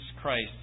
Christ